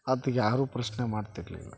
ಆತಗೆ ಯಾರು ಪ್ರಶ್ನೆ ಮಾಡ್ತಿರಲಿಲ್ಲ